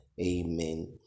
amen